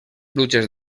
pluges